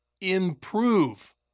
improve